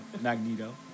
Magneto